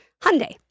Hyundai